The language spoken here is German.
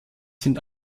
sind